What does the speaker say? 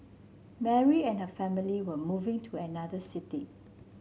Mary and her family were moving to another city